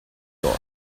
york